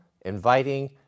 inviting